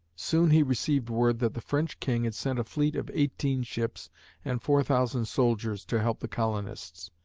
soon he received word that the french king had sent a fleet of eighteen ships and four thousand soldiers to help the colonists.